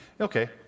okay